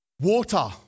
Water